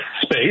space